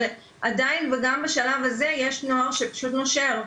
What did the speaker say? אבל עדיין וגם בשלב הזה יש נוער שפשוט נושר,